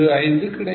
125 கிடைக்கும்